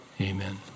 Amen